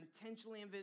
intentionally